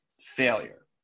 failure